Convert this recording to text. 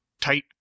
tight